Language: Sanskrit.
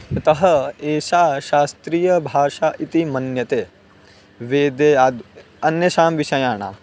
यतः एषा शास्त्रीयभाषा इति मन्यते वेदे आद् अन्येषां विषयाणाम्